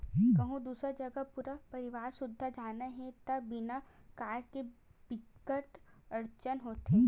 कहूँ दूसर जघा पूरा परवार सुद्धा जाना हे त बिना कार के बिकट अड़चन होथे